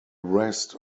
rest